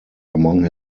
among